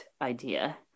idea